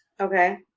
okay